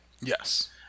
Yes